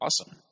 awesome